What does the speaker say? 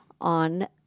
on